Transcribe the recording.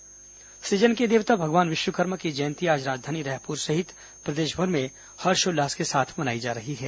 विश्वकर्मा जयंती सुजन के देवता भगवान विश्वकर्मा की जयंती आज राजधानी रायपुर सहित प्रदेशभर में हर्षोल्लास के साथ मनाई जा रही है